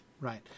Right